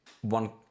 one